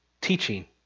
teaching